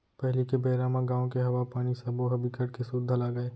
पहिली के बेरा म गाँव के हवा, पानी सबो ह बिकट के सुद्ध लागय